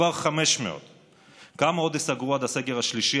כבר 500. כמה עוד ייסגרו עד הסגר השלישי,